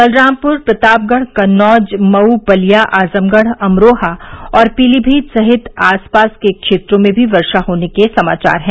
बलरामपुर प्रतापगढ़ कन्नौज मऊ बलिया आजमगढ़ अमरोहा और पीलीभीत समेत आसपास के क्षेत्रों में भी वर्षा होने के समाचार हैं